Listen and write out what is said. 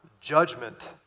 judgment